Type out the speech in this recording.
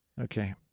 Okay